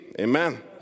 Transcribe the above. Amen